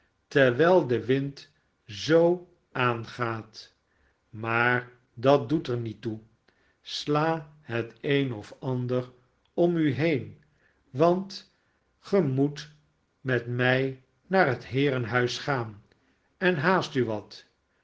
terwijl de wind zoo aangaat maar dat doet er niet toe sla het een of ander om u heen want ge moet met mij naar het heerenhuis gaan en haast u wat